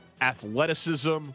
athleticism